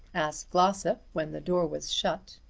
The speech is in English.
asked glossop when the door was shut.